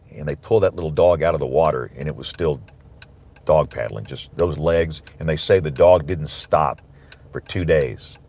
and they pulled that little dog out of the water, and it was still dog paddling, just those legs. and they say the dog didn't stop for two days.